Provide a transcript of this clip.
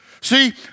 See